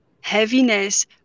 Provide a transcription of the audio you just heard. heaviness